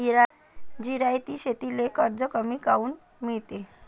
जिरायती शेतीले कर्ज कमी काऊन मिळते?